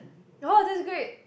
oh that's great